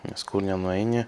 nes kur nenueini